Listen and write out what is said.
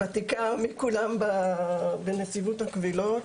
ותיקה מכולם בנציבות הקבילות,